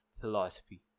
philosophy